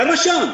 למה שם?